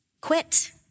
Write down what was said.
Quit